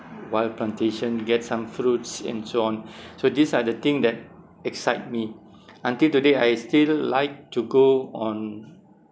wild plantation get some fruits and so on so these are the thing that excite me until today I still like to go on